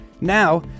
Now